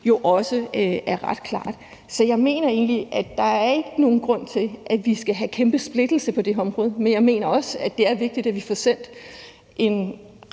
jo også er ret klart. Så jeg mener egentlig, at der ikke er nogen grund til, at vi skal have en kæmpe splittelse på det her område. Men jeg mener også, at det er vigtigt, at vi får sendt en